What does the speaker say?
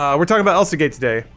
um we're talking about elsa gate today.